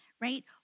right